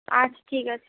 আচ্ছা ঠিক আছে